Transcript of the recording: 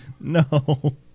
No